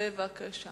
בבקשה.